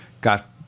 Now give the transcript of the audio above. got